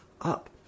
up